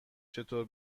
چطور